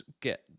get